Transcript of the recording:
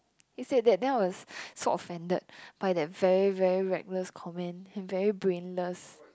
he said that then I was so offended by that very very reckless comment and very brainless